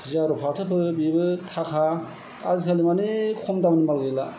जियार फाथो फो बेबो थाखा आजिखालि माने खम दामनि माल गैला